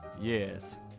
Yes